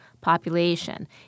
population